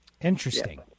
Interesting